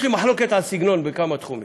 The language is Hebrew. יש לי מחלוקת על סגנון בכמה תחומים.